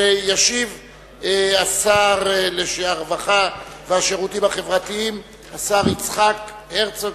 וישיב שר הרווחה והשירותים החברתיים יצחק הרצוג,